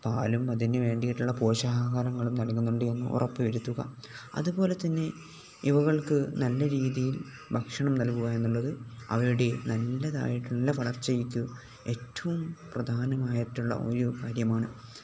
പാലും അതിനു വേണ്ടിയിട്ടുള്ള പോഷകാഹാരങ്ങളും നൽകുന്നുണ്ട് എന്ന് ഉറപ്പ് വരുത്തുക അതു പോലെ തന്നെ ഇവകൾക്ക് നല്ല രീതിയിൽ ഭക്ഷണം നൽകുക എന്നുള്ളത് അവയുടെ നല്ലതായിട്ടുള്ള വളർച്ചക്ക് ഏറ്റവും പ്രധാനമായിട്ടുള്ള ഒരു കാര്യമാണ്